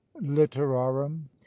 literarum